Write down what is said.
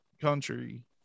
country